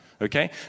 Okay